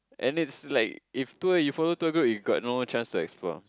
and it's like if tour you follow tour go you got no chance to explore